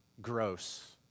Gross